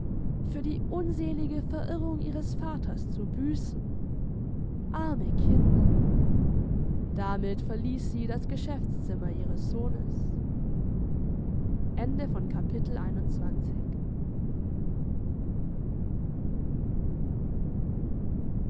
für die unselige verirrung ihres vaters zu büßen arme kinder damit verließ sie das geschäftszimmer ihres sohnes